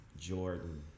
Jordan